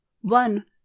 One